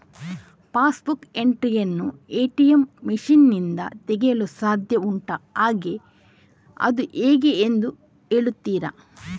Pass book entry ಯನ್ನು ATM machine ನಿಂದ ತೆಗೆಯಲು ಸಾಧ್ಯ ಉಂಟಾ ಹಾಗೆ ಅದು ಹೇಗೆ ಎಂದು ಹೇಳುತ್ತೀರಾ?